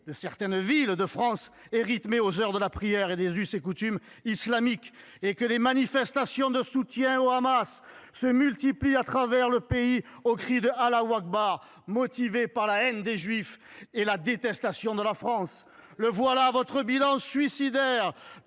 de certaines villes de France, est rythmée par les heures de la prière et les us et coutumes islamiques, et que les manifestations de soutien au Hamas se multiplient à travers tout le pays aux cris de « Allah Akbar » motivées par la haine des Juifs et la détestation de la France. Voilà le bilan suicidaire